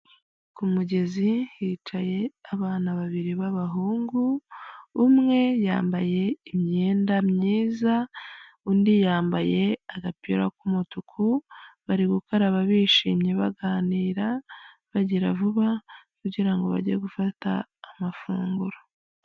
Ku mugezi hicaye abana babiri b'abahungu, umwe yambaye imyenda myiza, undi yambaye agapira k'umutuku bari gukaraba bishimye baganira bagira vuba kugirango bajye gufata amafunguro.